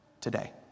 today